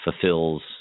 fulfills